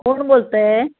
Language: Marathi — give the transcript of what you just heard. कोण बोलत आहे